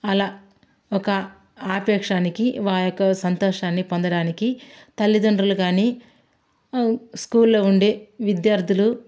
అలా ఒక ఆపేక్షానికి వారి యొక్క సంతోషాన్ని పొందడానికి తల్లితండ్రులు గాని స్కూల్లో ఉండే విద్యార్థులు